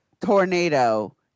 tornado